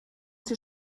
sie